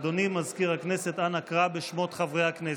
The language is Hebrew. אדוני, מזכיר הכנסת, אנא קרא בשמות חברי הכנסת.